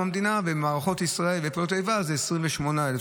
המדינה ובמערכות ישראל ופעולות האיבה זה כ-28,000.